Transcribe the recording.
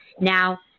Now